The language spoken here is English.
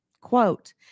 Quote